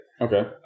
Okay